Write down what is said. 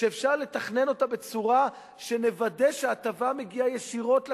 שאפשר לתכנן אותה בצורה שנוודא שההטבה מגיעה ישירות לקונים.